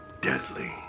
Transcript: deadly